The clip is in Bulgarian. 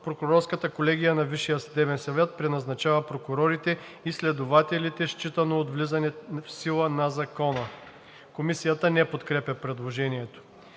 Прокурорската колегия на Висшия съдебен съвет преназначава прокурорите и следователите, считано от влизане в сила на закона.“ Комисията не подкрепя предложението.